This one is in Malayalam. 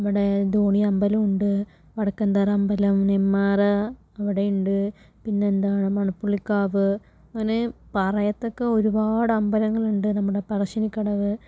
നമ്മുടെ ധോണി അമ്പലമുണ്ട് വടക്കന്തറ അമ്പലം നെന്മാറ അവിടെയുണ്ട് പിന്നെയെന്താ മണപ്പുള്ളിക്കാവ് അങ്ങനെ പറയത്തക്ക ഒരുപാട് അമ്പലങ്ങൾ ഉണ്ട് നമ്മുടെ പറശ്ശിനിക്കടവ്